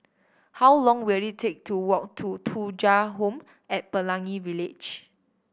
how long will it take to walk to Thuja Home at Pelangi Village